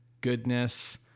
goodness